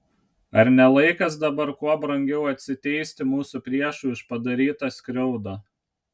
ar ne laikas dabar kuo brangiau atsiteisti mūsų priešui už padarytą skriaudą